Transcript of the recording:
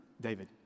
David